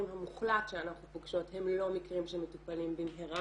המוחלט שאנחנו פוגשות הם לא מקרים שמטופלים במהרה,